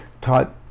taught